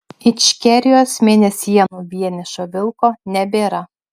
ičkerijos mėnesienų vienišo vilko nebėra